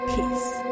Peace